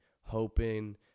hoping